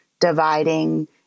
dividing